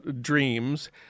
dreams